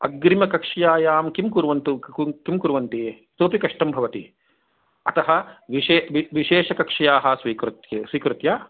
अग्रिमकक्षायां किं कुर्वन्तु किं कुर्वन्ति सोपि कष्टं भवति अत विशे वि विशेषकक्षा स्वीकृत्य